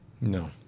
No